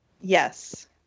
Yes